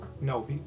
No